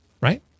right